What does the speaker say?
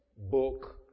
book